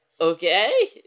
okay